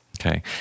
Okay